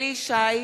(קוראת בשמות חברי הכנסת) אליהו ישי,